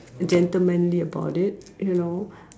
gentlemanly about it you know